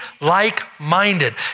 like-minded